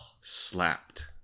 slapped